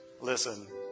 Listen